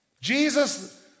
Jesus